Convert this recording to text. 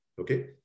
okay